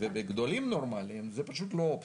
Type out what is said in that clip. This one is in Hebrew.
ובגדלים נורמליים, זה פשוט לא אופציה.